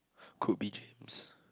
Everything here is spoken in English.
could be James